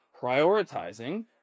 prioritizing